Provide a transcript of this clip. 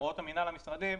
הוראות מינהל המשרדים,